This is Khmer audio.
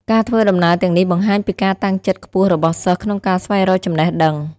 ការធ្វើដំណើរទាំងនេះបង្ហាញពីការតាំងចិត្តខ្ពស់របស់សិស្សក្នុងការស្វែងរកចំណេះដឹង។